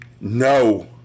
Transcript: No